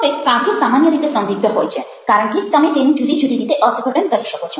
હવે કાવ્યો સામાન્ય રીતે સંદિગ્ધ હોય છે કારણ કે તમે તેનું જુદી જુદી રીતે અર્થઘટન કરી શકો છો